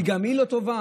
שגם היא לא טובה?